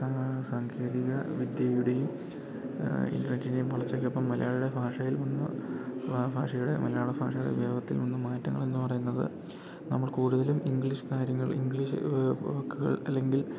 സാങ്കേതികവിദ്യയുടെയും ഇൻ്റർനെറ്റിൻ്റെയും വളർച്ചയ്ക്കൊപ്പം മലയാളിയുടെ ഭാഷയിൽ വന്ന ഭാഷയുടെ മലയാള ഭാഷയുടെ ഉപയോഗത്തിൽ വന്ന മാറ്റങ്ങളെന്ന് പറയുന്നത് നമ്മൾ കൂടുതലും ഇംഗ്ലീഷ് കാര്യങ്ങള് ഇംഗ്ലീഷ് വാക്കുകൾ അല്ലെങ്കിൽ